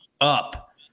up